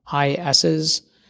ISs